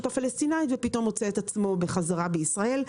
הפלסטינית ופתאום מוצא עצמו בחזרה בישראל.